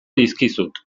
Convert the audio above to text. dizkizut